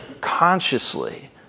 consciously